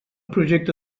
projecte